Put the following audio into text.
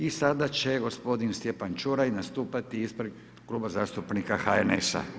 I sada će gospodin Stjepan Ćuraj nastupati ispred Kluba zastupnika HNS-a.